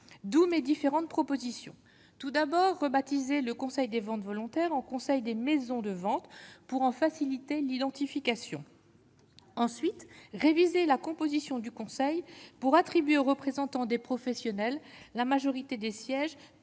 Doumé différentes propositions, tout d'abord, rebaptisé le Conseil des ventes volontaires en conseil des maisons de vente pour en faciliter l'identification. Ensuite réviser la composition du Conseil pour attribuer aux représentants des professionnels, la majorité des sièges,